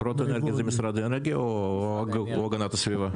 חוק מקורות האנרגיה זה משרד האנרגיה או המשרד להגנת הסביבה?